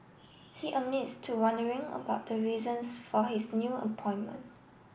he admits to wondering about the reasons for his new appointment